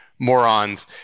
Morons